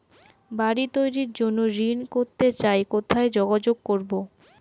বাড়ি তৈরির জন্য ঋণ করতে চাই কোথায় যোগাযোগ করবো?